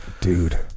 dude